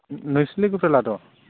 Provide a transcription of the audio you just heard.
नोंसोरनि लोगोफ्रा लादो